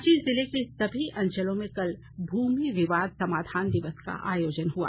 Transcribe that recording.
रांची जिले के सभी अंचलों में कल भूमि विवाद समाधान दिवस का आयोजन हुआ